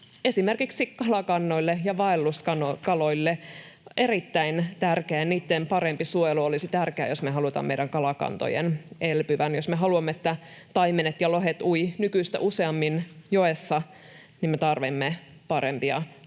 esimerkiksi kalakannoille ja vaelluskaloille erittäin tärkeitä, ja niiden parempi suojelu olisi tärkeää, [Tuomas Kettusen välihuuto] jos me haluamme meidän kalakantojen elpyvän. Jos me haluamme, että taimenet ja lohet uivat nykyistä useammin joessa, niin me tarvitsemme parempaa suojelua